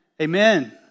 Amen